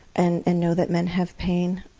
and and know that men have pain.